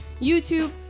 YouTube